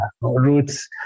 roots